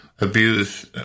abuse